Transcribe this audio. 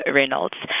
Reynolds